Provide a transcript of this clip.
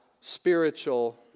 spiritual